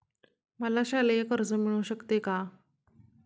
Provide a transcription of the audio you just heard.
मला शालेय कर्ज मिळू शकते का?